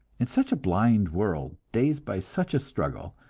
in such a blind world, dazed by such a struggle,